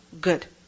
Good